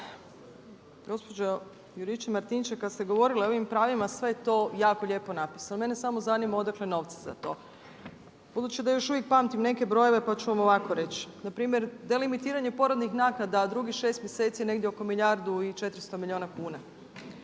gospođo Juričev-Martinčev, kada ste govorile o ovim pravima, sve je to jako lijepo napisano. Mene samo zanima odakle novci za to budući da još uvijek pamtim neke brojeve pa ću vam ovako reći. Npr. delimitiranje porodnih naknada drugih 6 mjeseci je negdje oko milijardu i 400 milijuna kuna.